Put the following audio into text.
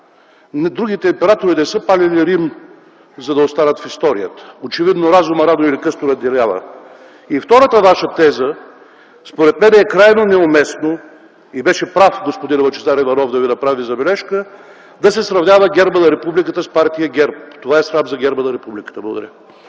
Другите императори не са палили Рим, за да останат в историята. Очевидно разумът рано или късно надделява. И втората Ваша теза, според мен е крайно неуместно и беше прав господин Лъчезар Иванов да Ви направи забележка, да се сравнява гербът на Републиката с Партия ГЕРБ. Това е срам за герба на Републиката. Благодаря.